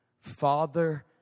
Father